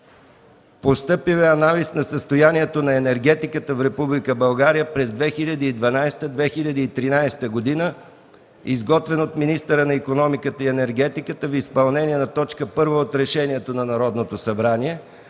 Постъпил е Анализ на състоянието на енергетиката в Република България през 2012-2013 г., изготвен от министъра на икономиката и енергетиката в изпълнение на точка 1 от Решението на Народното събрание